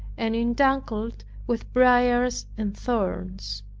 and entangled with briars and thorns.